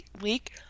week